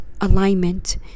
alignment